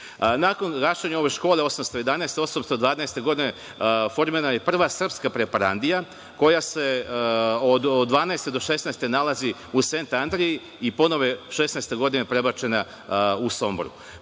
gašenja ove škole, 1811. godine, 1812. godine formirana je Prva Srpska preparandija, koja se od 1812. do 1816. nalazi u Sent Andriji i ponovo je 1816. godine prebačena u Sombor.